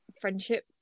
friendship